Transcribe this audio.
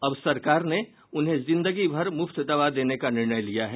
अब सरकार ने उन्हें जिंदगी भर मुफ्त दवा देने का निर्णय लिया है